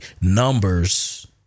numbers